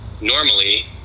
normally